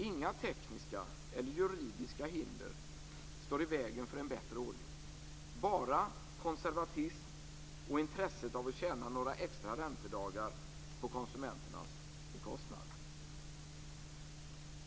Inga tekniska eller juridiska hinder står i vägen för en bättre ordning, bara konservatism och intresset av att tjäna några extra räntedagar på konsumenternas bekostnad.